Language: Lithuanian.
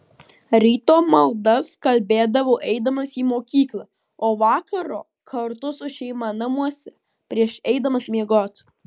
ryto maldas kalbėdavau eidamas į mokyklą o vakaro kartu su šeima namuose prieš eidamas miegoti